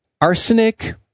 arsenic